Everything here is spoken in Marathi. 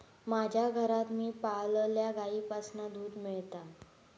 माज्या घरात मी पाळलल्या गाईंपासना दूध मेळता